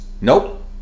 Nope